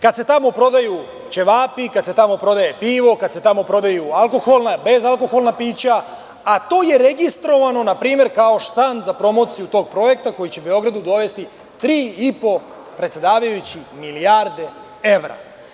Kada se tamo prodaju ćevapi, kada se tamo prodaje pivo, kada se tamo prodaju alkoholna, bezalkoholna pića, a to je registrovano na primer kao štand za promociju tog projekta koji će Beogradu dovesti tri i po, predsedavajući, milijarde evra.